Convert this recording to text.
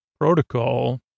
protocol